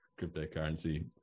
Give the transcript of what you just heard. cryptocurrency